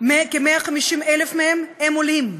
כ-150,000 מהם עולים.